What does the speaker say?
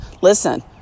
listen